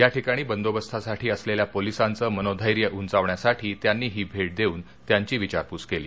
या ठिकाणी बंदोबस्तासाठी असलेल्या पोलिसांचं मनोधैर्य उंचावण्यासाठी त्यांनी ही भेट देऊन त्यांची विचारपूस केली